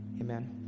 amen